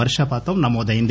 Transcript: వర్షపాతం నమోదైంది